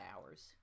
hours